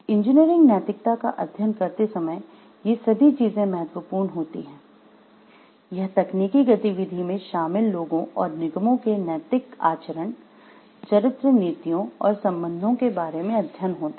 engineering नैतिकता का अध्ययन करते समय ये सभी चीजें महत्वपूर्ण होती हैं यह तकनीकी गतिविधि में शामिल लोगों और निगमों के नैतिक आचरण चरित्र नीतियों और संबंधों के बारे में अध्ययन होता है